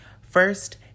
First